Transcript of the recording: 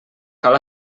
cal